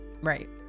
right